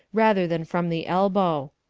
rather than from the elbow.